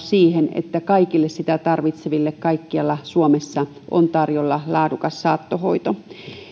siihen että kaikille sitä tarvitseville kaikkialla suomessa on tarjolla laadukas saattohoito